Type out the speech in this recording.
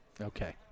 Okay